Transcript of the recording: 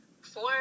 four